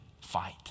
fight